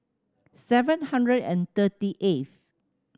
seven hundred and thirty eighth